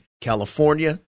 California